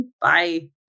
Bye